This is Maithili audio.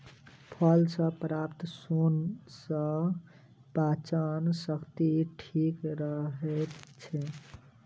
फल सॅ प्राप्त सोन सॅ पाचन शक्ति ठीक रहैत छै